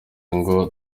ngo